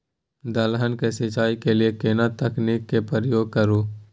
दलहन के सिंचाई के लिए केना तकनीक के प्रयोग करू?